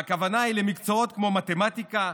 והכוונה היא למקצועות כמו מתמטיקה,